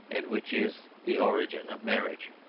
and which is the origin of marriage.